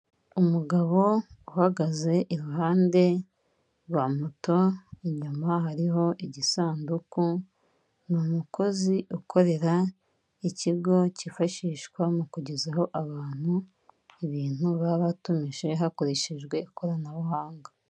Umugabo uhagaze iruhande rwa moto inyuma hariho igisanduku, ni umukozi ukorera ikigo cyifashishwa mu kugezaho abantu ibintu baba batumije hakoreshejwe ikoranabuhanga.